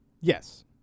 Yes